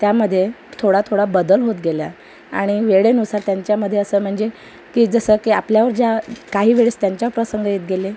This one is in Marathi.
त्यामध्ये थोडा थोडा बदल होत गेला आणि वेळेनुसार त्यांच्यामध्ये असं म्हणजे की जसं की आपल्यावर ज्या काहीवेळेस त्यांच्यावर प्रसंग येत गेले